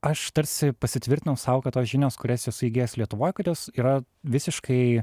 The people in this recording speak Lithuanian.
aš tarsi pasitvirtinau sau kad tos žinios kurias esu įgijęs lietuvoj kad jos yra visiškai